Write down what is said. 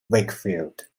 wakefield